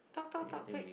talk talk talk quick